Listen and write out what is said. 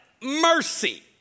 mercy